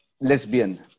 lesbian